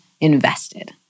invested